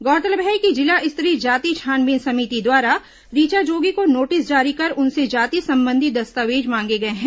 गौरतलब है कि जिला स्तरीय जाति छानबीन समिति द्वारा ऋचा जोगी को नोटिस जारी कर उनसे जाति संबंधी दस्तावेज मांगे गए हैं